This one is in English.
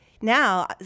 Now